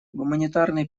гуманитарный